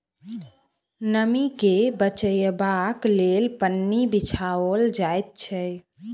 नमीं के बचयबाक लेल पन्नी बिछाओल जाइत छै